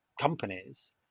companies